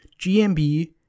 GMB